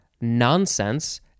nonsense